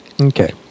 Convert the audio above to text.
Okay